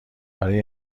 برای